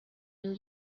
new